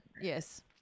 yes